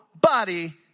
body